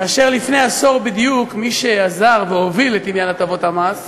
ולפני עשור בדיוק מי שעזר והוביל את עניין הטבות המס